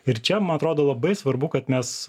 ir čia man atrodo labai svarbu kad mes